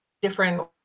different